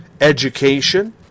education